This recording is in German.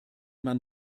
man